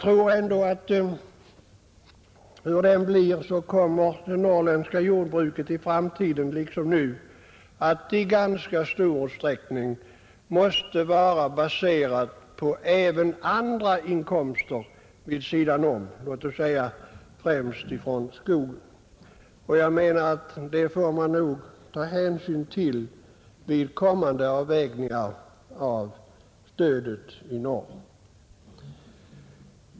Hur det än blir tror jag att det norrländska jordbruket i framtiden liksom nu i ganska stor utsträckning måste baseras på även andra inkomster såsom t.ex. de som kommer från skogen. Det måste man ta hänsyn till vid kommande avvägningar av stödet.